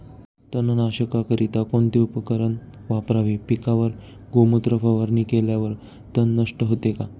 तणनाशकाकरिता कोणते उपकरण वापरावे? पिकावर गोमूत्र फवारणी केल्यावर तण नष्ट होते का?